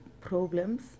problems